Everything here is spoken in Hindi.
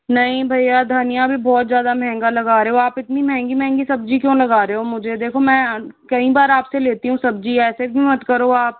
नहीं भैया धनिया भी बहुत ज़्यादा महंगा लगा रहे हो आप इतनी महंगी महंगी सब्ज़ी क्यूँ लगा रहे हो मुझे देखो मैं कई बार आपसे लेती हूँ सब्ज़ी ऐसे भी मत करो आप